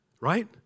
right